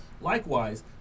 Likewise